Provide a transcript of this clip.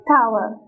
Tower